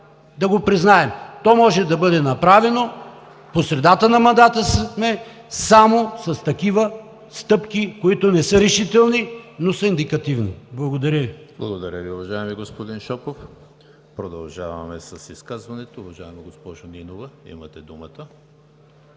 да го признаем. То може да бъде направено, по средата на мандата сме, само с такива стъпки, които не са решителни, но са индикативни. Благодаря Ви. ПРЕДСЕДАТЕЛ ЕМИЛ ХРИСТОВ: Благодаря Ви, уважаеми господин Шопов. Продължаваме с изказванията. Уважаема госпожо Нинова, имате думата.